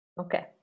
Okay